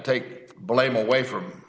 take blame away from